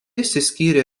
išsiskyrė